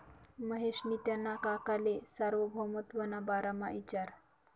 महेशनी त्याना काकाले सार्वभौमत्वना बारामा इचारं